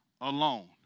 alone